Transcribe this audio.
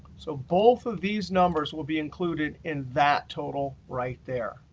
so both of these numbers will be included in that total right there.